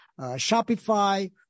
Shopify